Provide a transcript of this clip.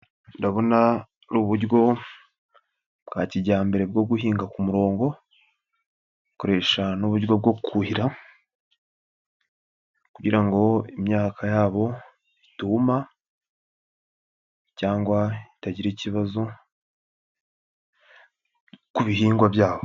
Ndabona uburyo bwa kijyambere bwo guhinga ku murongo. Bakoresha n'uburyo bwo kuhira kugira ngo imyaka yabo ituma cyangwa itagira ikibazo ku bihingwa byabo.